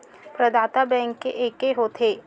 प्रदाता बैंक के एके होथे?